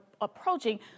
approaching